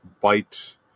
bite